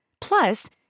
Plus